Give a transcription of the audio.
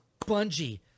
Bungie